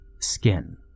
skin